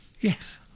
Yes